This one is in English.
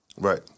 right